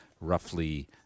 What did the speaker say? roughly